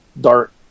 dark